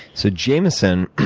so jamison,